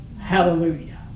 Hallelujah